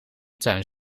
tuin